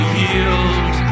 yield